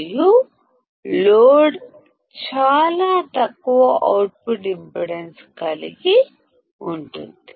మరియు లోడ్ చాలా తక్కువ అవుట్పుట్ ఇంపిడెన్స్ కలిగి ఉంటుంది